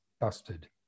busted